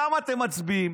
כמה אתם מצביעים?